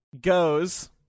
goes